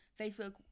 Facebook